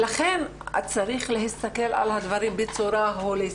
לכן צריך להסתכל על הדברים בצורה הוליסטית.